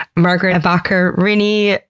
margaret ebacher-rini,